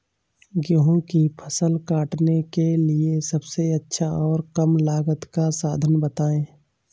गेहूँ की फसल काटने के लिए सबसे अच्छा और कम लागत का साधन बताएं?